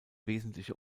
wesentliche